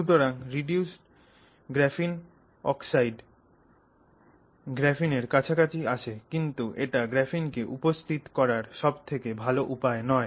সুতরাং reduced graphene oxide গ্রাফিনের কাছাকাছি আসে কিন্তু এটা গ্রাফিন কে উপস্থিত করার সব থেকে ভালো উপায় নয়